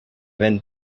vent